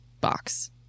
box